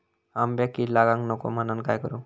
आंब्यक कीड लागाक नको म्हनान काय करू?